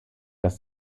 das